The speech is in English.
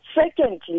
Secondly